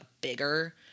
bigger